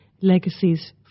legacies